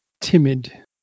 Timid